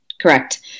Correct